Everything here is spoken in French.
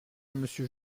monsieur